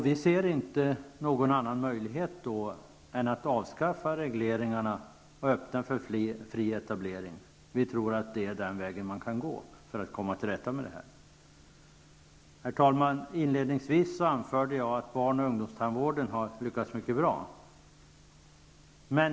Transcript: Vi ser inte någon annan möjlighet än att avskaffa regleringarna och öppna för fri etablering. Vi tror att det är den väg man kan gå för att komma till rätta med detta. Herr talman! Inledningsvis anförde jag att barnoch ungdomstandvården har lyckats mycket bra.